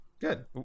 Good